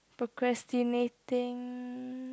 procrastinating